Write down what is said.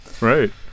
Right